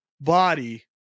body